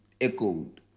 echoed